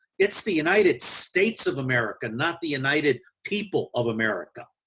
it's the united states of america, not the united people of america.